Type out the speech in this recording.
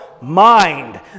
mind